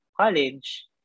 college